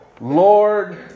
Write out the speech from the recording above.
Lord